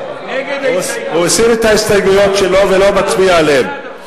הוא הסיר את ההסתייגויות שלו ולא מצביע עליהן.